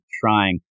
trying